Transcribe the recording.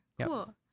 cool